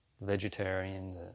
vegetarian